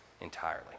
entirely